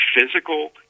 physical